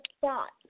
thought